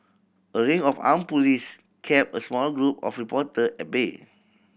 a ring of armed police kept a small group of reporter at bay